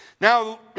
Now